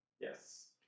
Yes